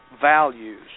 values